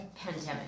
pandemic